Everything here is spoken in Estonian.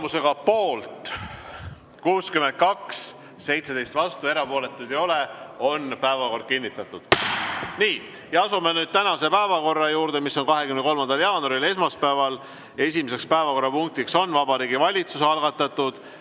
Tulemusega poolt 62, 17 vastu ja erapooletuid ei ole, on päevakord kinnitatud. Nii. Asume nüüd tänase päevakorra juurde: 23. jaanuar, esmaspäev. Esimene päevakorrapunkt on Vabariigi Valitsuse algatatud